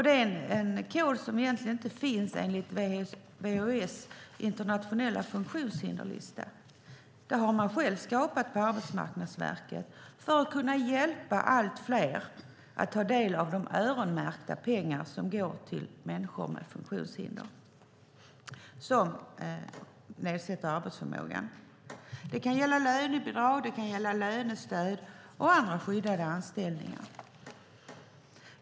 Det är en kod som egentligen inte finns enligt WHO:s internationella funktionshinderslista. Det har man själv skapat på Arbetsmarknadsverket för att kunna hjälpa allt fler att ta del av de öronmärkta pengar som går till människor med funktionshinder som medför nedsatt arbetsförmåga. Det kan gälla lönebidrag, lönestöd och andra skyddade anställningar.